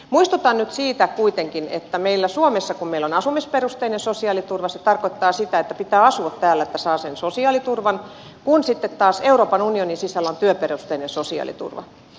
muistutan nyt siitä kuitenkin että kun meillä suomessa on asumisperusteinen sosiaaliturva se tarkoittaa sitä että pitää asua täällä että saa sen sosiaaliturvan kun sitten taas euroopan unionin sisällä on työperusteinen sosiaaliturva